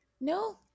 No